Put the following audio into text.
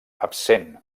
absent